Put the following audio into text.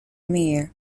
mere